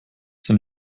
sind